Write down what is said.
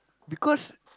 because